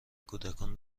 کودکان